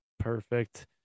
perfect